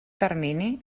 termini